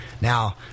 Now